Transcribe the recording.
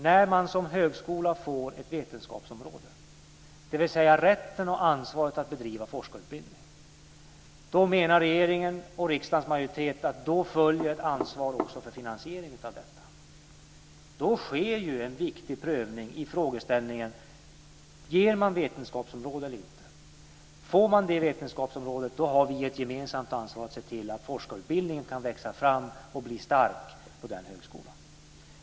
När man som högskola får ett vetenskapsområde, dvs. rätten och ansvaret att bedriva forskarutbildning, då menar regeringen och riksdagens majoritet att det också följer ett ansvar för finansieringen av detta. Då sker en viktig prövning i frågeställningen: Ger man ett vetenskapsområde eller inte? Får man vetenskapsområdet har vi ett gemensamt ansvar att se till forskarutbildningen kan växa fram och bli stark på den högskolan.